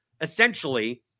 essentially